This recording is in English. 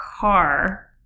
car